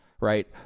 right